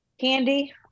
candy